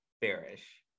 Bearish